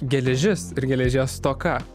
geležis ir geležies stoka